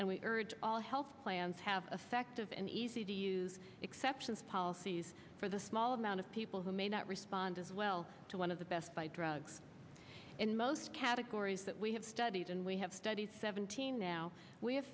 and we urge all health plans have effective and easy to use exceptions policies for the small amount of people who may not respond as well to one of the best buy drugs in most categories that we have studied and we have studies seventeen now we have